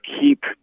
keep